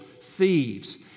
thieves